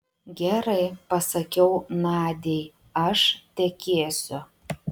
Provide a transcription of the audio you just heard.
gerai pasakiau nadiai aš tekėsiu